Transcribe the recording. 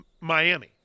Miami